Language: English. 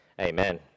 Amen